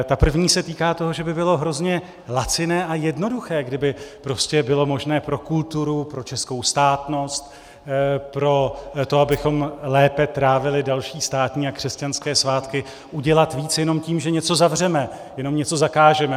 Ta první se týká toho, že by bylo hrozně laciné a jednoduché, kdyby prostě bylo možné pro kulturu, pro českou státnost, pro to, abychom lépe trávili státní a křesťanské svátky, udělat víc jenom tím, že něco zavřeme, jenom něco zakážeme.